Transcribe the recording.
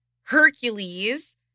Hercules